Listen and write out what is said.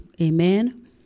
Amen